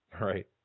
right